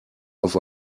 auf